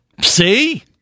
See